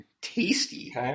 Tasty